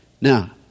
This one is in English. Now